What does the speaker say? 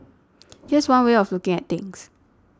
here's one way of looking at things